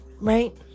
right